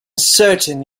certain